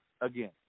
again